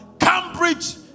Cambridge